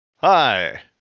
Hi